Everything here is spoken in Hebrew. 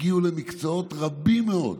הגיעו למקצועות רבים מאוד.